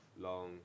Long